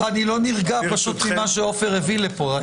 אני פשוט לא נרגע ממה שעופר הביא לפה.